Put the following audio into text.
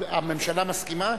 הממשלה מסכימה?